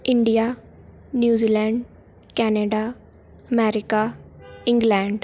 India New Zealand Canada America England